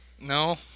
No